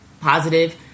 positive